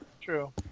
True